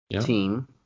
team